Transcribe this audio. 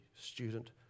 student